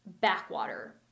Backwater